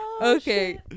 Okay